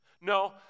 No